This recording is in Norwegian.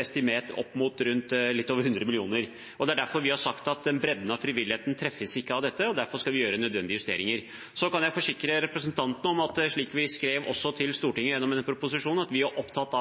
estimert til opp mot litt over 100 mill. kr. Derfor har vi sagt at bredden av frivilligheten ikke treffes av dette, og derfor skal vi gjøre nødvendige justeringer. Så kan jeg forsikre representanten om at vi, slik vi skrev til Stortinget gjennom denne proposisjonen, er opptatt av